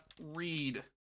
read